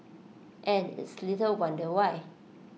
and it's little wonder why